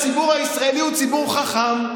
הציבור הישראלי הוא ציבור חכם,